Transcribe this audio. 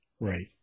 Right